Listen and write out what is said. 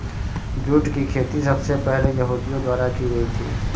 jute की खेती सबसे पहले यहूदियों द्वारा की गयी थी